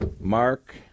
Mark